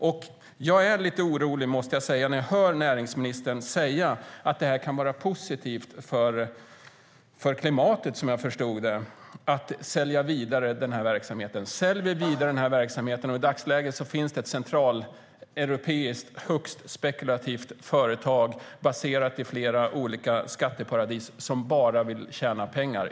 Jag måste säga att jag är lite orolig när jag hör näringsministern säga att det kan vara positivt för klimatet, som jag förstod det, att sälja verksamheten vidare. I dagsläget finns det ett centraleuropeiskt högst spekulativt företag, baserat i skatteparadis, som bara vill tjäna pengar.